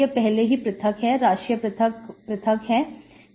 यह पहले से ही पृथक है राशियां पृथक पृथक हैं